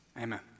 Amen